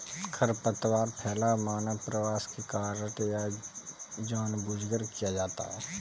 खरपतवार फैलाव मानव प्रवास के कारण या जानबूझकर किया जाता हैं